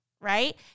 right